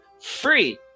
free